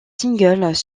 singles